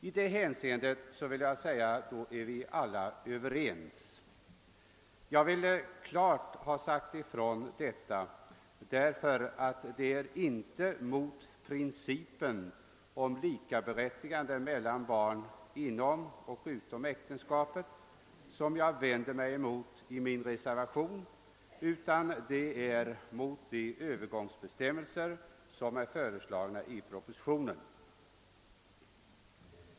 I det hänseendet är vi alla överens. Jag vill klart säga ifrån detta, eftersom det inte är mot principen om likaberättigande mellan barn födda inom och utom äktenskapet som jag vänder mig i min reservation. Vad jag reserverar mig mot är de övergångsbestämmelser som föreslås i propositionen.